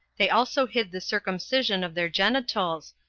they also hid the circumcision of their genitals,